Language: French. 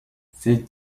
ces